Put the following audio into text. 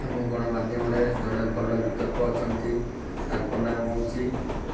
ଆମ ଗଣମାଧ୍ୟମରେ ଜଣେ ଭଲ ବିର୍ତକ ଅଛନ୍ତି ତାଙ୍କ ନାମ ହେଉଛି